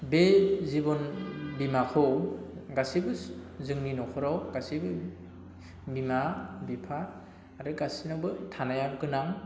बे जिबन बीमाखौ गासैबो जोंनि न'खराव गासैबो बिमा बिफा आरो गासैनावबो थानाया गोनां